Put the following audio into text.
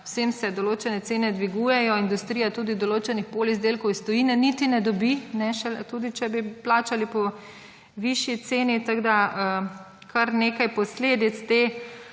vsem se določene cene dvigujejo, industrija tudi določenih polizdelkov iz tujine niti ne dobi, tudi če bi plačali po višji ceni. Kar nekaj posledic te